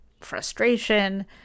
frustration